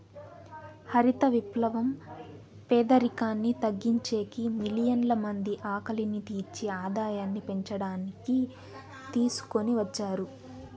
హరిత విప్లవం పేదరికాన్ని తగ్గించేకి, మిలియన్ల మంది ఆకలిని తీర్చి ఆదాయాన్ని పెంచడానికి తీసుకొని వచ్చారు